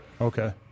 okay